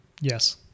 Yes